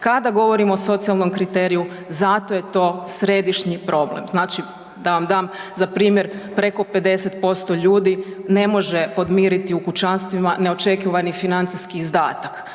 Kada govorimo o socijalnom kriteriju, zato je to središnji problem. Znači, da vam dam za primjer preko 50% ljudi ne može podmiriti u kućanstvima neočekivani financijski izdatak.